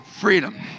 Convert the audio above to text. Freedom